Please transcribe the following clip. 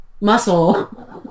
muscle